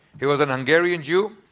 he was a hungarian jew.